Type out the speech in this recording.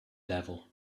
devil